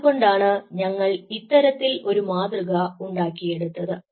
അതുകൊണ്ടാണ് ഞങ്ങൾ ഇത്തരത്തിൽ ഒരു മാതൃക ഉണ്ടാക്കിയെടുത്തത്